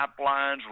pipelines